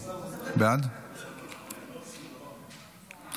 פנסיוניים) (תיקון מס' 13),